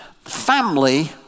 family